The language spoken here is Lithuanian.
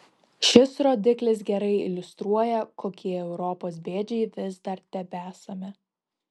šis rodiklis gerai iliustruoja kokie europos bėdžiai vis dar tebesame